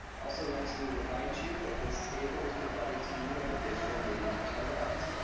also want to remind you that this table is provided to you in the digital meeting handout.